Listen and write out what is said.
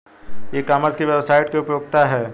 ई commerce की website की क्या उपयोगिता है?